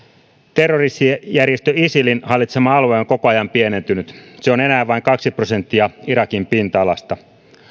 terroristijärjestö isilin hallitsema alue on koko ajan pienentynyt se on enää vain kaksi prosenttia irakin pinta alasta